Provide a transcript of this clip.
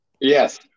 Yes